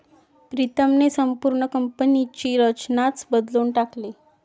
प्रीतमने संपूर्ण कंपनीची रचनाच बदलून टाकली